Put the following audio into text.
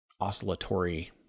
oscillatory